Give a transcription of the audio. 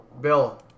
Bill